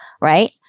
right